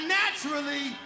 naturally